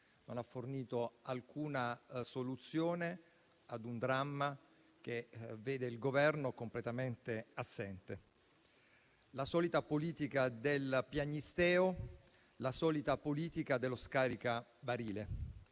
non ha fornito alcuna soluzione ad un dramma che vede il Governo completamente assente. La solita politica del piagnisteo, la solita politica dello scaricabarile;